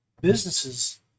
businesses